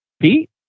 Pete